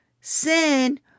Sin